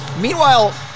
Meanwhile